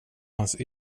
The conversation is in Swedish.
hans